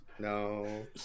No